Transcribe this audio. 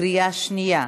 בקריאה שנייה.